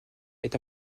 est